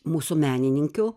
mūsų menininkių